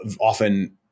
often